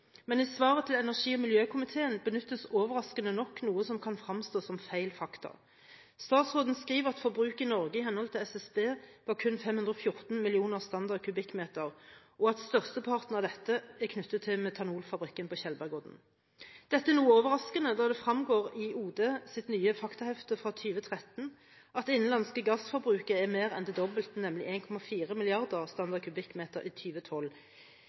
men i svaret til energi- og miljøkomiteen benyttes overraskende nok noe som kan fremstå som feil fakta. Statsråden skriver at forbruket i Norge i henhold til SSB var kun 514 millioner Sm3, og at størsteparten av dette er knyttet til metanolfabrikken på Tjeldbergodden. Dette er noe overraskende, da det fremgår i OD sitt nye faktahefte, Fakta 2013, at det innenlandske gassforbruket er mer enn det dobbelte, nemlig 1,4 milliarder Sm3 i